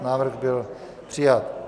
Návrh byl přijat.